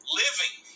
living